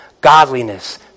godliness